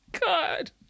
god